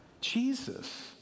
Jesus